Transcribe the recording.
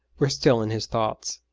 were still in his thoughts.